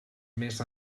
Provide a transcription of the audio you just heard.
més